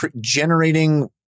generating